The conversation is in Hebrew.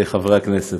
חברי הכנסת,